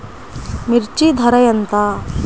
మిర్చి ధర ఎంత?